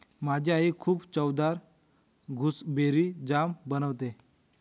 माझी आई खूप चवदार गुसबेरी जाम बनवते